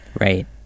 Right